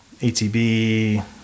ATB